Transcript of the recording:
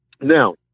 Now